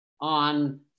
on